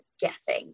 guessing